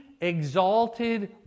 exalted